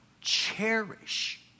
cherish